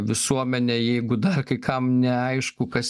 visuomenę jeigu dar kai kam neaišku kas